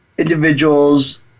individuals